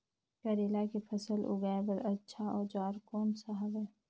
करेला के फसल उगाई बार अच्छा औजार कोन सा हवे?